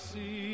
See